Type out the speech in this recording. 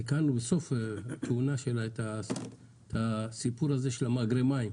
תיקנו בסוף הכהונה שלה את הסיפור הזה של מאגרי המים.